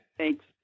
Thanks